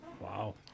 Wow